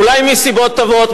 אולי מסיבות טובות,